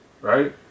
right